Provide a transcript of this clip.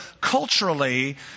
culturally